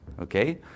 Okay